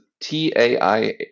T-A-I